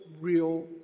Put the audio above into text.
real